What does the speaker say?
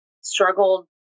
struggled